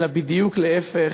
אלא בדיוק להפך,